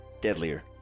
Deadlier